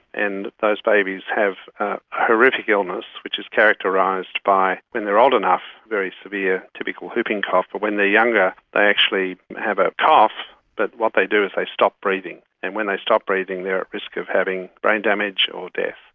and those babies have a horrific illness which is characterised by, when they are old enough, very severe typical whooping cough, but when they are younger they actually have a cough but what they do is they stop breathing. and when they stop breathing they are at risk of having brain damage or death.